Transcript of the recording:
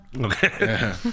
okay